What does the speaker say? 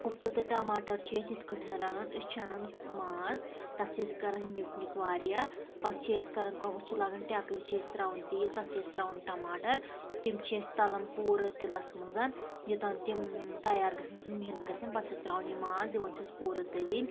کُفتہٕ تہٕ ٹماٹر چھِ أسۍ یِتھ کٲٹھۍ رنان أسۍ چھِ انان ماز تتھ چھِ أسۍ کران نیٛک نیٛک واریاہ پتہٕ چھِ أسۍ کران کٲم أسۍ چھِ لاگان ٹیٚکرِ چھِ أسۍ ترٛاوان تیٖل تتھ چھِ أسۍ ترٛاوان ٹماٹر تِم چھِ أسۍ تلان پوٗرٕ تِلَس مَنز یوٚتانۍ تِم تیار گَژھیٚن سُہ مِہیٖنہٕ گَژھیٚن پتہٕ چھِس ترٛاوان یہِ ماز دوان چھِس پوٗرٕ تٔلِنۍ